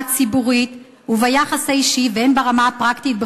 הציבורית וביחס האישי והן ברמה הפרקטית,